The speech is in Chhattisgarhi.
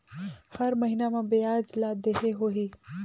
हर महीना मा ब्याज ला देहे होही?